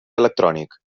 electrònic